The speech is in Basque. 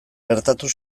gertatu